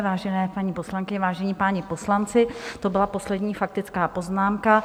Vážené paní poslankyně, vážení páni poslanci, to byla poslední faktická poznámka.